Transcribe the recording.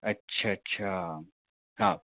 अच्छा अच्छा हाँ